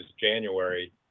January